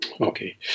Okay